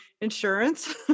insurance